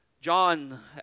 John